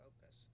focus